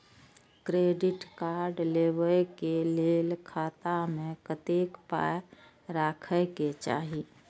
Credit card लेबै के लेल खाता मे कतेक पाय राखै के चाही?